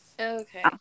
Okay